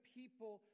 people